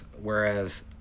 whereas